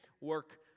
work